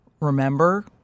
remember